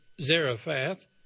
Zarephath